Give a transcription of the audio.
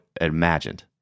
imagined